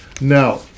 Now